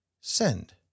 send